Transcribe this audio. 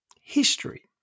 history